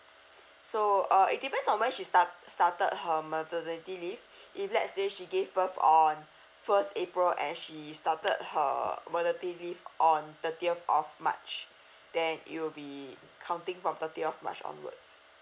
so uh it depends on when she start started her maternity leave if let's say she gave birth on first april and started her maternity leave on thirtieth of march then it will be counting from thirtieth march onwards